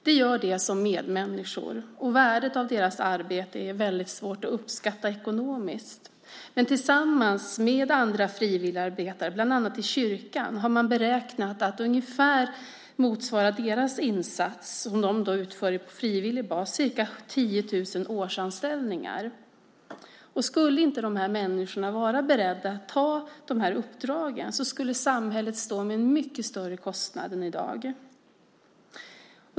De gör det som medmänniskor, och värdet av deras arbete är väldigt svårt att uppskatta ekonomiskt. Man har ändå beräknat att deras insatser, som de alltså utför på frivillig basis, tillsammans med andra frivilligarbetares, bland annat i kyrkan, motsvarar ungefär 10 000 årsanställningar. Skulle inte de här människorna vara beredda att ta dessa uppdrag skulle samhället stå med en mycket större kostnad än i dag.